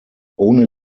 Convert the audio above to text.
ohne